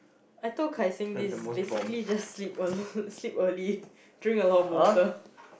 I told Kaixin this basically just sleep a lot sleep early drink a lot of water